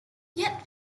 yet